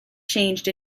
changed